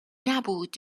نبود